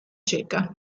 ceca